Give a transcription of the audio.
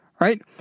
right